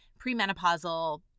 premenopausal